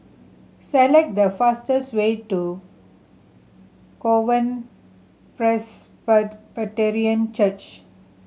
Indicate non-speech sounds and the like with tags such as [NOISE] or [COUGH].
select the fastest way to [UNINTELLIGIBLE] Presbyterian Church